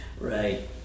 Right